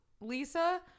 Lisa